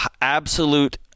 absolute